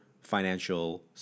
financial